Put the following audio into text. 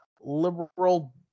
liberal